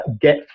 get